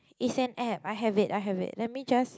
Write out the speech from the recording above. it's an app I have it I have it let me just